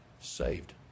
saved